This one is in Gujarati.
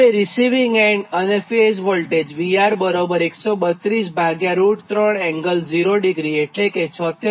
હવેરીસિવીંગ એન્ડ ફેઝ વોલ્ટેજ VR 1323 ∠0° એટલે કે 76